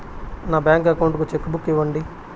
నా bank account కు cheque book ఇవ్వండి